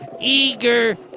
eager